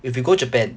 if we go japan